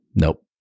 Nope